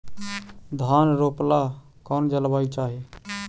धान रोप ला कौन जलवायु चाही?